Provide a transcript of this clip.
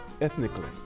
ethnically